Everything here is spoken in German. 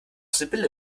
sibylle